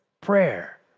prayer